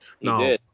No